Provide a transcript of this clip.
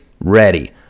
ready